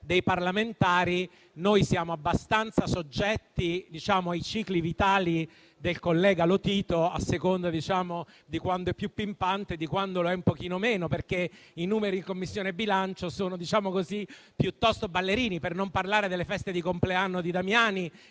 dei parlamentari, noi siamo abbastanza soggetti ai cicli vitali del collega Lotito, a seconda di quando è più pimpante e di quando lo è un pochino meno, perché i numeri in Commissione bilancio, diciamo così, sono piuttosto ballerini. Per non parlare delle feste di compleanno di Damiani,